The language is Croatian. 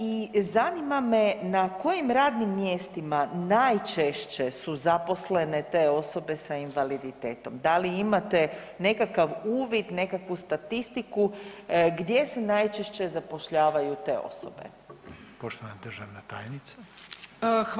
I zanima me na kojim radnim mjestima najčešće su zaposlene te osobe sa invaliditetom, da li imate nekakav uvid, nekakvu statistiku gdje se najčešće zapošljavaju te osobe?